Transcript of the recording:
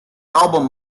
album